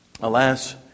Alas